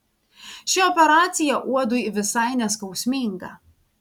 ši operacija uodui visai neskausminga